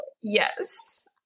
Yes